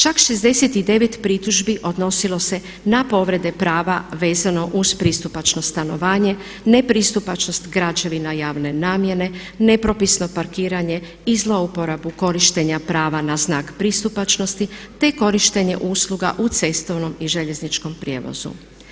Čak 69 pritužbi odnosilo se na povrede prava vezano uz pristupačno stanovanje, ne pristupačnost građevina javne namjene, nepropisno parkiranje i zloporabu korištenja prava na znak pristupačnosti te korištenje usluga u cestovnom i željezničkom prijevozu.